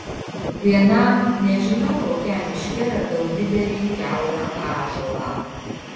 vienam nežinau kokiam miške radau didelį kiaurą ąžuolą